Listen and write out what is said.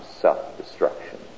self-destruction